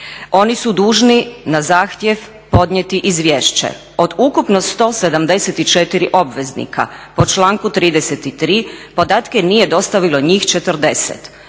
Oni su dužni na zahtjev podnijeti izvješće od ukupno 174 obveznika po članku 33., podatke nije dostavilo njih 40.